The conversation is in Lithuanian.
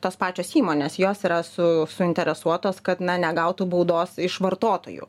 na ir tos pačios įmonės jos yra su suinteresuotos kad na negautų baudos iš vartotojų